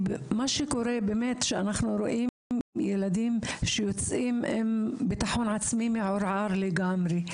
מה שקורה שאנחנו רואים ילדים שיוצאים עם ביטחון עצמי מעורער לגמרי.